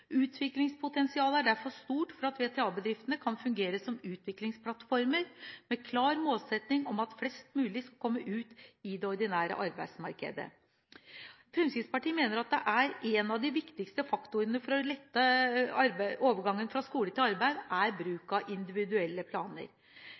Utviklingspotensialet er derfor stort for at VTA-bedriftene kan fungere som utviklingsplattformer med en klar målsetting om at flest mulig skal komme ut i det ordinære arbeidsmarkedet. Fremskrittspartiet mener at en av de viktigste faktorene for å lette overgangen fra skole til arbeid er bruk